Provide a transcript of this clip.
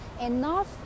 enough